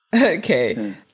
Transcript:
Okay